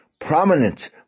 prominent